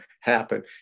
happen